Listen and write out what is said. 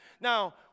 Now